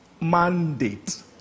mandate